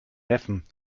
neffen